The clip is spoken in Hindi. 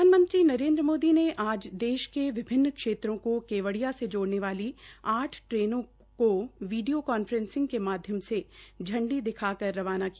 प्रधानमंत्री नरेन्द्र मोदी ने आज देश के विभिन्न क्षेत्रों को केवडिया से जोड़ने वाली आठ ट्रेनों को वीडियो कांफ्रेंसिंग के माध्यम से झंडी दिखाकर रवाना किया